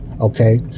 Okay